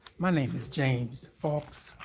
my name is james faulks.